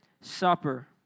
Supper